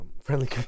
Friendly